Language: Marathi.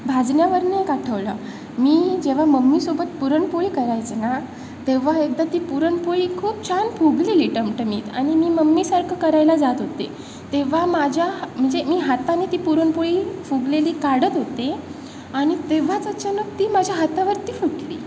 भाजण्यावरनं एक आठवलं मी जेव्हा मम्मीसोबत पुरणपोळी करायचे ना तेव्हा एकदा ती पुरणपोळी खूप छान फुगलेली टमटमीत आणि मी मम्मीसारखं करायला जात होते तेव्हा माझ्या म्हणजे मी हाताने ती पुरणपोळी फुगलेली काढत होते आणि तेव्हाच अचानक ती माझ्या हातावरती फुटली